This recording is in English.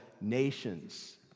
nations